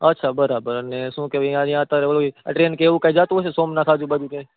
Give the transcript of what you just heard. અચ્છા બરાબર ને શું કે ને આ બરાબર અત્યારે અહીં ટ્રેન કે એવું કઈ જાતું હશે કે નહીં સોમનાથ આજુબાજુ કઈ